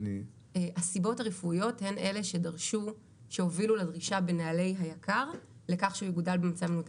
הסיבות הרפואיות הן אלה שהובילו לדרישה לכך שיוגדל במצע מנותק.